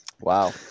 Wow